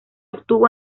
obtuvo